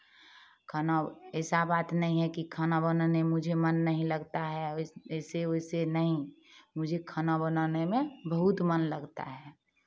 खाना ऐसा बात नहीं है कि खाना बनाने मुझे मन नहीं लगता है ऐसे वैसे नहीं मुझे खाना बनाने में बहुत मन लगता है